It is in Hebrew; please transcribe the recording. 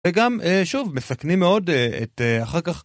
וגם, שוב, מסכנים מאוד את אחר כך...